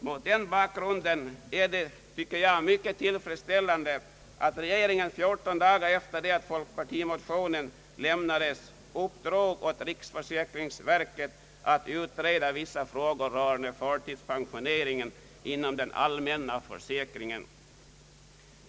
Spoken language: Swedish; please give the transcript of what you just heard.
Mot den bakgrunden är det enligt min mening mycket tillfredsställande att regeringen, fjorton dagar efter det att fp-motionen avlämnades, uppdrog åt riksförsäkringsverket att utreda vissa frågor rörande förtidspensioneringen inom den allmänna försäkringen.